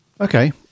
Okay